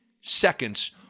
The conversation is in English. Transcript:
seconds